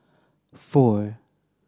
four